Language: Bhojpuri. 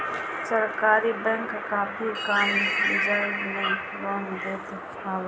सरकारी बैंक बाकी कम बियाज पे लोन देत हवे